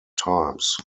times